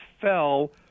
fell